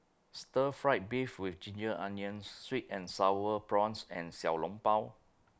Stir Fry Beef with Ginger Onions Sweet and Sour Prawns and Xiao Long Bao